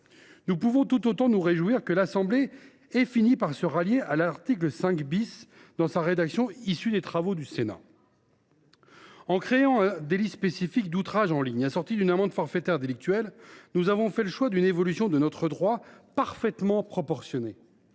nous pouvons nous réjouir que l’Assemblée nationale ait fini par se rallier à l’article 5 dans sa rédaction issue des travaux du Sénat. En créant un délit spécifique d’outrage en ligne, assorti d’une amende forfaitaire délictuelle (AFD), nous avons fait le choix d’une évolution juridique parfaitement proportionnée.